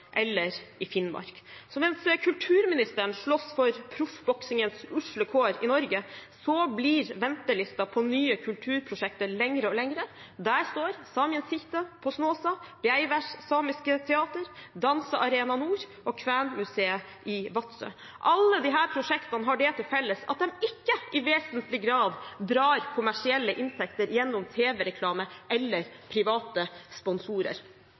eller i Finnmark. Så mens kulturministeren slåss for proffboksingens usle kår i Norge, blir ventelisten for nye kulturprosjekter lengre og lengre. Der står Saemien Sijte på Snåsa, Beaivvás samiske teater, Dansearena nord og kvenmuseet i Vadsø. Alle disse prosjektene har til felles at de ikke i vesentlig grad drar kommersielle inntekter gjennom tv-reklame eller private sponsorer.